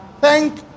thank